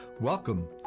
Welcome